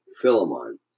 Philemon